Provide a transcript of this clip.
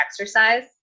exercise